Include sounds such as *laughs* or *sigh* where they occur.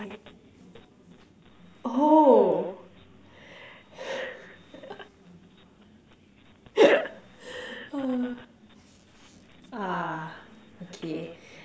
oh *laughs* ah okay